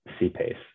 CPACE